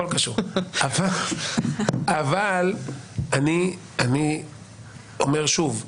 אבל אני אומר שוב,